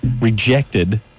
rejected